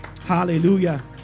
Hallelujah